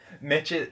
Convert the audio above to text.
Mitch